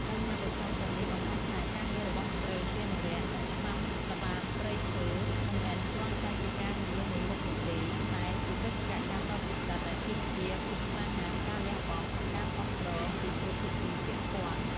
បញ្ហាប្រឈមទាំងនេះបង្ហាញថា ការងាររបស់មន្ត្រីឧទ្យានុរក្ស និងឆ្មាំល្បាតព្រៃឈើ មិនមែនគ្រាន់តែជាការងារមួយមុខនោះទេ តែជាបេសកកម្មដ៏ពិសិដ្ឋដែលទាមទារភាពក្លាហាន ការលះបង់ និងការគាំទ្រពីគ្រប់ភាគីពាក់ព័ន្ធ។